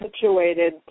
situated